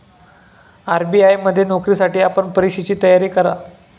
RBI मध्ये नोकरीसाठी आपण परीक्षेची तयारी करा